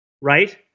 right